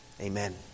Amen